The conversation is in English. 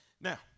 Now